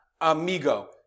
Amigo